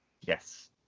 Yes